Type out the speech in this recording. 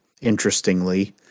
interestingly